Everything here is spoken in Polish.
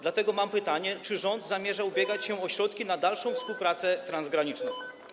Dlatego mam pytanie: Czy rząd zamierza ubiegać się o środki na dalszą współpracę transgraniczną?